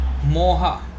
moha